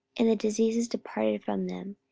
and the diseases departed from them,